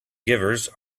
givers